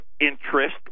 interest